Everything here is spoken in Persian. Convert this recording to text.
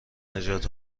نژاد